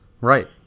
Right